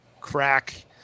crack